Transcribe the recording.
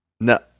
no